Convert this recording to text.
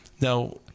now